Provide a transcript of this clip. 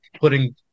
putting